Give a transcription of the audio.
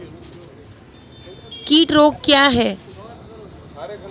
कीट रोग क्या है?